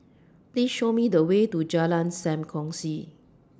Please Show Me The Way to Jalan SAM Kongsi